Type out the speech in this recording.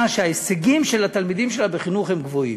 שההישגים של התלמידים שלה בחינוך הם גבוהים.